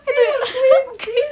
cannot swim sis